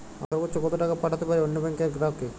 আমি সর্বোচ্চ কতো টাকা পাঠাতে পারি অন্য ব্যাংকের গ্রাহক কে?